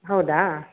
ಹೌದಾ